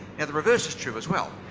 and the reverse is true as well.